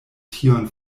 tion